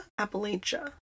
Appalachia